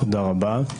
תודה רבה.